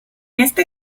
este